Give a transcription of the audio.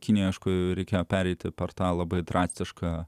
kinija aišku reikėjo pereiti per tą labai drastišką